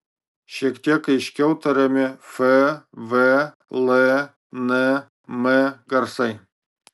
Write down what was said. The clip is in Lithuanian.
šiek tiek aiškiau tariami f v l n m garsai